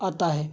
आता है